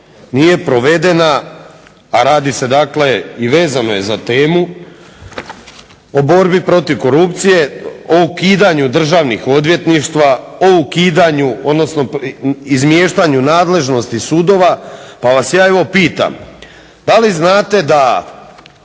nije provedena, a radi se dakle i vezano je za temu o borbi protiv korupcije, o ukidanju državnih odvjetništava, o ukidanju odnosno izmiještanju nadležnosti sudova, pa vas ja evo pitam da li znate da